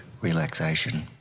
relaxation